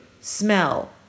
smell